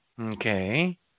Okay